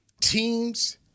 teams